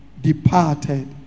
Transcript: departed